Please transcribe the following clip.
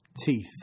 teeth